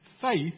faith